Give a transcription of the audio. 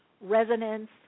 resonance